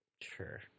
Sure